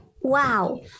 Wow